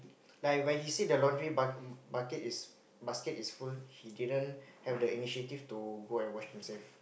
like when he see the laundry buck bucket is basket is full he didn't have the initiative to go and wash himself